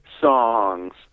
songs